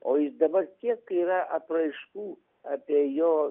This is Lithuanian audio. o jis dabar kiek yra apraiškų apie jo